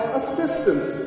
assistance